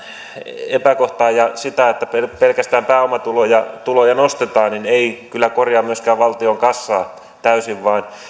epäkohta ja se että pelkästään pääomatuloja nostetaan ei kyllä korjaa myöskään valtion kassaa täysin